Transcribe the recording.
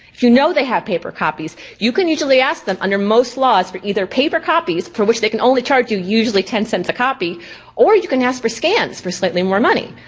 if you know they have paper copies, you can usually ask them under most laws for either paper copies, for which they can only charge you usually ten cents a copy or you can ask for scans for slightly more money.